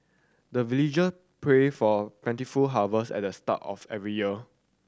the villager pray for plentiful harvest at the start of every year